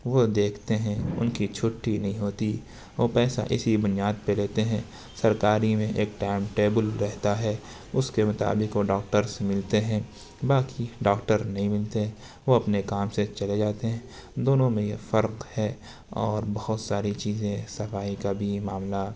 وہ دیکھتے ہیں ان کی چھٹی نہیں ہوتی وہ پیسہ اسی بنیاد پر لیتے ہیں سرکاری میں ایک ٹائم ٹیبل رہتا ہے اس کے مطابق وہ ڈاکٹرس ملتے ہیں باقی ڈاکٹر نہیں ملتے وہ اپنے کام سے چلے جاتے ہیں دونوں میں یہ فرق ہے اور بہت ساری چیزیں صفائی کا بھی معاملہ